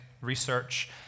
research